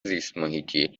زیستمحیطی